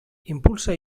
impulsa